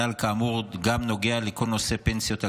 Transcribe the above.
הנ"ל כאמור נוגע גם לכל נושא פנסיות הגישור,